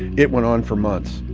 it went on for months.